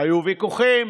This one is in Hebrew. היו ויכוחים,